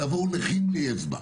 תבואו נכים בלי אצבע.